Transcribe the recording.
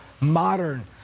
modern